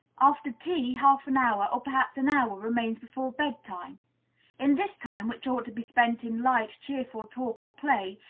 after tea half an hour, or perhaps an hour, remains before bed-time in this time, which ought to be spent in light, cheerful talk or play,